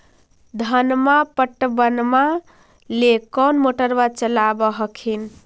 धनमा पटबनमा ले कौन मोटरबा चलाबा हखिन?